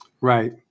Right